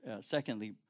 secondly